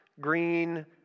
green